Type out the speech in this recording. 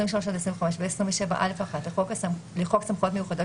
23 עד 25 ו-27 (א)(1) לחוק סמכויות מיוחדות